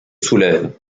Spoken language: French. soulèvent